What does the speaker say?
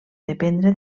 dependre